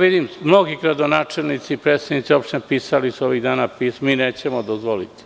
vidim da su mnogi gradonačelnici i predstavnici opština pisali ovih dana pisma, nećemo dozvoliti.